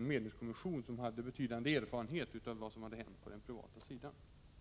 Medlingskommissionen hade dessutom betydande erfarenhet av vad som hade hänt på den privata sidan.